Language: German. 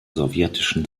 sowjetischen